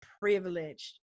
privileged